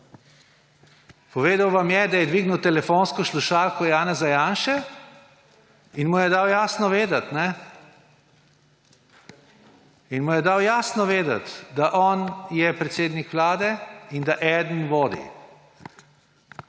Povedal vam je, da je dvignil telefonsko slušalko Janeza Janše in mu je dal jasno vedeti, da on je predsednik vlade in da eden vodi.